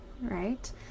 right